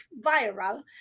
viral